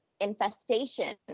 infestation